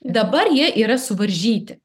dabar jie yra suvaržyti